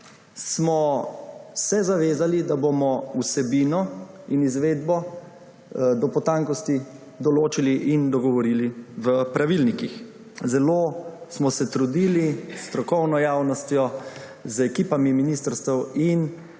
smo se zavezali, da bomo vsebino in izvedbo do potankosti določali in dogovorili v pravilnikih. Zelo smo se trudili s strokovno javnostjo, z ekipami ministrstev in